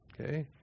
okay